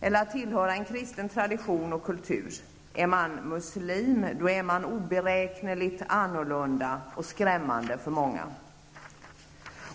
eller att tillhöra en kristen tradition och kultur. Är man muslim, är man oberäkneligt annorlunda och skrämmande för många.